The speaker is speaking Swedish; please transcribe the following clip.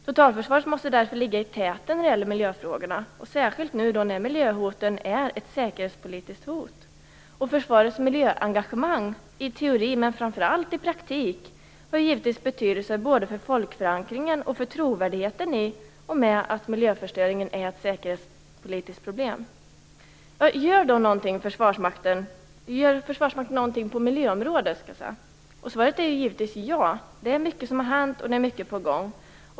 Totalförsvaret måste därför ligga i täten när det gäller miljöfrågorna, särskilt nu när miljöhoten är ett säkerhetspolitiskt hot. Försvarets miljöengagemang - i teori, men framför allt i praktik - har givetvis betydelse både för folkförankringen och för trovärdigheten i och med att miljöförstöringen är ett säkerhetspolitiskt problem. Gör då Försvarsmakten någonting på miljöområdet? Svaret är givetvis ja. Det är mycket som har hänt och det är mycket på gång.